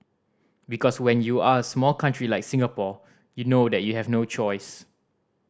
because when you are small country like Singapore you know that you have no choice